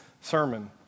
sermon